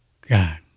God